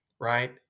right